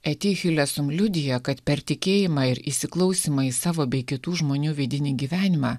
eti hilesum liudija kad per tikėjimą ir įsiklausymą į savo bei kitų žmonių vidinį gyvenimą